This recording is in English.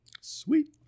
Sweet